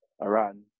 Iran